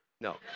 No